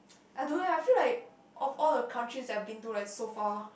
I don't know leh I feel like all of the countries that I've been to like so far